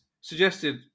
suggested